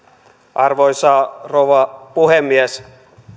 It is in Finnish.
arvoisa rouva puhemies